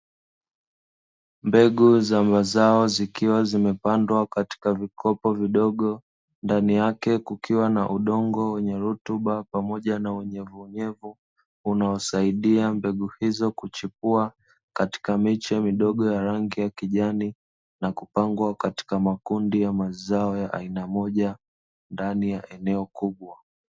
Mbegu za mazao zikiwa zimepandwa katika vikopo vidogo, ndani yake kukiwa na udongo wenye rutuba pamoja na unyevunyevu, unaosaidia mbegu hizo kuchipua katika miche midogo ya rangi ya kijani na kupangwa katika makundi ya mazao ya aina moja, ndani ya eneo kubwa.